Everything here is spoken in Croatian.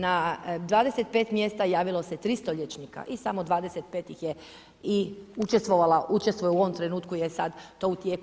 Na 25 mjesta javilo se 300 liječnika i samo 25 ih je i učestvovala, učestvuje u ovom trenutku je sad u tijeku.